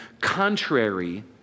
contrary